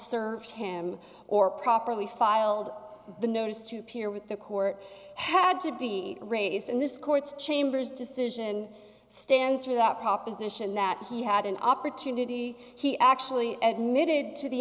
served him or properly filed the notice to appear with the court had to be raised in this court's chambers decision stands for that proposition that he had an opportunity he actually admitted to the